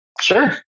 Sure